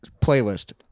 Playlist